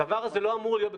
הדבר הזה לא אמור להיות,